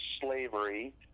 slavery